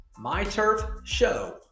myturfshow